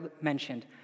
mentioned